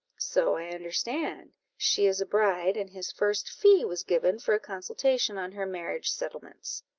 so i understand she is a bride, and his first fee was given for a consultation on her marriage-settlements.